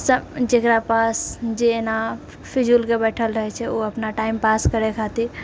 सब जेकरा पास जेना फिजूलके बैठल रहैछै ओ अपना टाइमपास करै खातिर